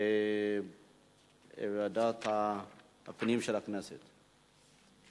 לוועדת הפנים והגנת הסביבה נתקבלה.